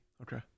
Okay